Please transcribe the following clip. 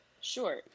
Sure